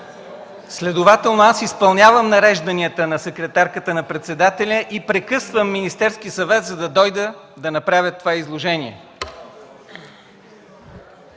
Следователно аз изпълнявам нарежданията на секретарката на председателя и прекъсвам Министерски съвет, за да дойда да направя това изложение.